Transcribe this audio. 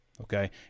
okay